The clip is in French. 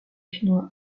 chinois